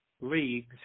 leagues